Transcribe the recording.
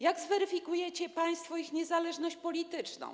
Jak zweryfikujecie państwo ich niezależność polityczną?